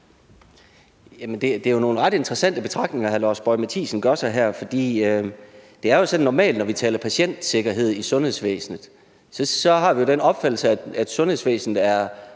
Det er jo nogle ret interessante betragtninger, hr. Lars Boje Mathiesen gør sig her, for det er sådan normalt, når vi taler om patientsikkerhed i sundhedsvæsenet, at vi har den opfattelse, at sundhedsvæsenet er